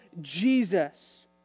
Jesus